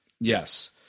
Yes